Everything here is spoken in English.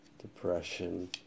depression